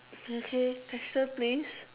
okay question please